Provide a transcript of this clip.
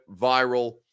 viral